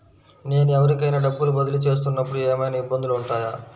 నేను ఎవరికైనా డబ్బులు బదిలీ చేస్తునపుడు ఏమయినా ఇబ్బందులు వుంటాయా?